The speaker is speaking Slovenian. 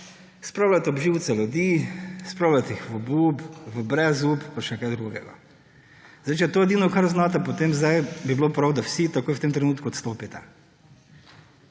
spravljate ob živce ljudi, spravljate jih v obup, v brezup pa še kaj drugega. Če je to edino, kar znate, potem bi bilo prav, da vsi takoj, v tem trenutku odstopite.